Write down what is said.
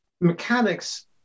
mechanics